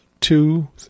two